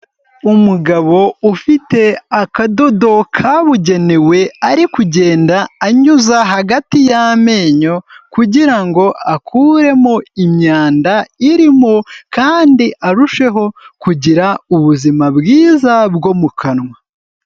Umugabo ufite akadodo kabugenewe, ari kugenda anyuza hagati y' amenyo, kugirango akuremo imyanda irimo, kandi arusheho kugira ubuzima bwiza bwo mu kanwa.